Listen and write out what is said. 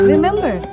Remember